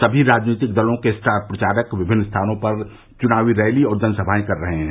सभी राजनीतिक दलों के स्टार प्रचारक विभिन्न स्थानों पर चुनावी रैली और जनसभाए कर रहे हैं